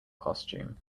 costume